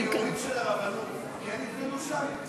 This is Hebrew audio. אבל גיורים של הרבנות כן יתקיימו שם?